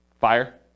Fire